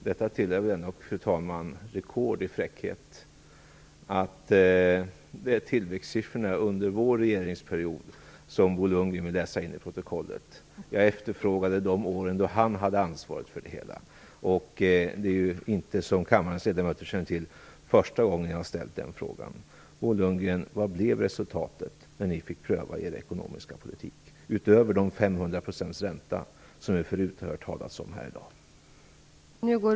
Fru talman! Det är ett rekord i fräckhet att Bo Lundgren vill läsa in tillväxtsiffrorna under vår regeringsperiod i protokollet. Jag efterfrågade de år då han hade ansvaret för det hela. Som kammarens ledamöter känner till är det inte första gången jag ställer den frågan. Bo Lundgren! Vad blev resultatet när ni fick pröva er ekonomiska politik utöver 500 procents ränta som vi tidigare i dag har hört talas om?